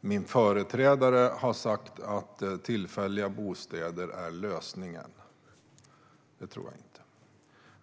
min företrädare har sagt att tillfälliga bostäder är lösningen.